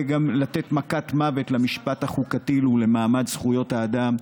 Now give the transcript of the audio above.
וגם לתת מכת מוות למשפט החוקתי ולמעמד זכויות האדם,